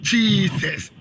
Jesus